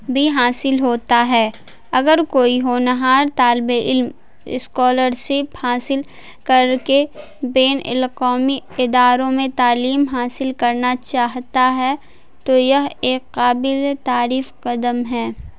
بھی حاصل ہوتا ہے اگر کوئی ہونہار طالب علم اسکالرسپ حاصل کر کے بین الاقوامی اداروں میں تعلیم حاصل کرنا چاہتا ہے تو یہ ایک قابل تعریف قدم ہے